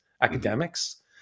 academics